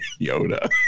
Yoda